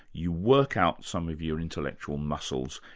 you work out some of your intellectual muscles,